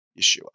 Yeshua